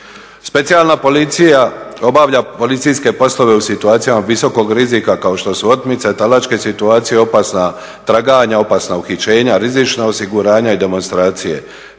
Specijalna policija obavlja policijske poslove u situacijama visokog rizika kao što su otmice, talačke situacije, opasna traganja, opasna uhićenja, rizična osiguranja i demonstracije.